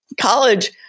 college